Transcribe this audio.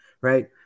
right